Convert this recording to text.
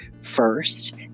first